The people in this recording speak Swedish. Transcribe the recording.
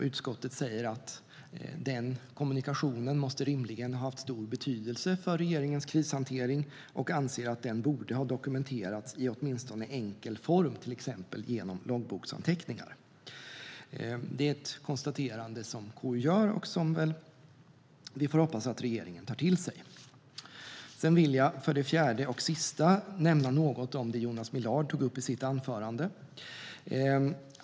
Utskottet säger att den kommunikationen rimligen måste ha haft stor betydelse för regeringens krishantering och anser att den borde ha dokumenterats i åtminstone enkel form, till exempel genom loggboksanteckningar. Det är ett konstaterande som KU gör och som vi får hoppas att regeringen tar till sig. För det fjärde, och sist, vill jag nämna något om det Jonas Millard tog upp i sitt anförande.